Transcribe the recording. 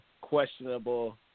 questionable